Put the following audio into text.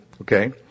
okay